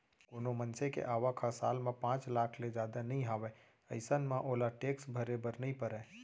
कोनो मनसे के आवक ह साल म पांच लाख ले जादा नइ हावय अइसन म ओला टेक्स भरे बर नइ परय